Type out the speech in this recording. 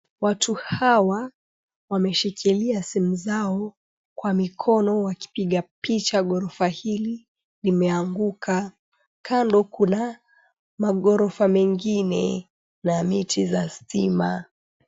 Watu hawa wameshikilia simu zao kwa mikono wakipiga picha ghorofa hili limeanguka. Kando kuna maghorofa mengine na miti za stima.